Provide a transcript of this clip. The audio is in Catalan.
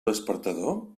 despertador